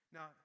Now